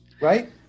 Right